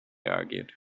argued